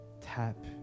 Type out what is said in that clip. tap